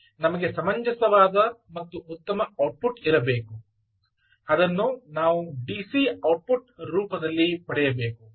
ನಮಗೆ ಸಮಂಜಸವಾದ ಮತ್ತು ಉತ್ತಮ ಔಟ್ಪುಟ್ ಇರಬೇಕು ಅದನ್ನು ನಾವು ಡಿಸಿ ಔಟ್ಪುಟ್ ರೂಪದಲ್ಲಿ ಪಡೆಯಬೇಕು